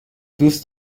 دوست